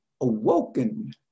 awoken